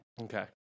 Okay